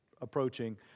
approaching